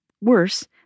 Worse